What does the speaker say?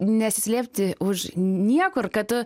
nesislėpti už niekur kad tu